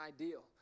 ideal